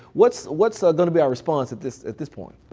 what's what's so gonna be our response at this at this point?